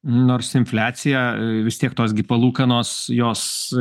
nors infliacija vis tiek tos gi palūkanos jos